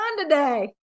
today